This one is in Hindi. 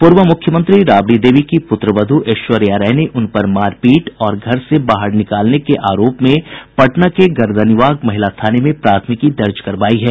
पूर्व मूख्यमंत्री राबड़ी देवी की पूत्रवध् ऐश्वर्या राय ने उनपर मारपीट और घर से बाहर निकालने के आरोप में पटना के गर्दनीबाग महिला थाने में प्राथमिकी दर्ज करवायी है